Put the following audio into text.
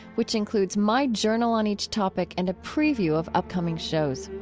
which includes my journal on each topic and a preview of upcoming shows.